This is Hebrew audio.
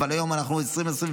אבל היום אנחנו ב-2024,